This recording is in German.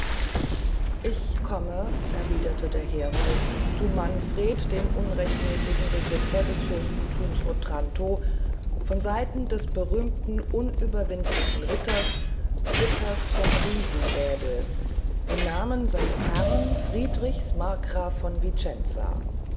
ich komme erwiederte der herold zu manfred dem unrechtmässigen besitzer des fürstenthums otranto von seiten des berühmten unüberwindlichen ritters ritters vom riesensäbel im namen seines herrn friedrichs markgrafen von